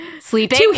sleeping